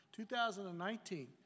2019